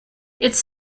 its